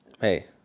Hey